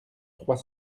trois